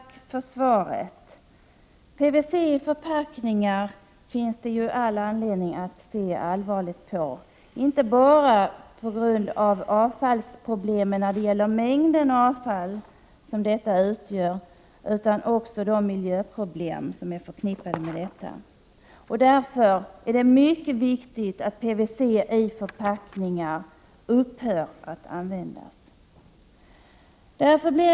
Herr talman! Tack för svaret. Det finns all anledning att se allvarligt på förekomsten av PVC i förpackningar, inte bara på grund av avfallsproblem när det gäller mängden, utan också de miljöproblem som är förknippade med detta. Därför är det mycket viktigt att man upphör med att använda PVC i förpackningar.